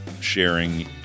sharing